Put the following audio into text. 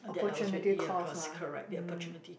opportunity cost lah mm